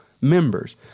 members